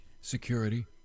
Security